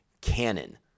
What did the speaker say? canon